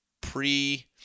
pre